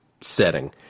setting